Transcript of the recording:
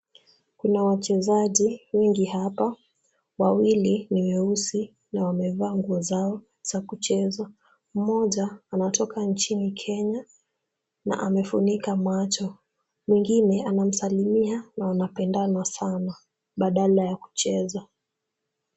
Kuna wachezaji wengi hapa, wawili ni weusi na wamevaa nguo zao za kucheza, mmoja anatoka nchini Kenya na amefunika macho, mwingine anamsalimia na wanapenda sana badala ya kucheza.